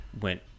went